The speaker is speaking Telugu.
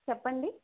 చెప్పండి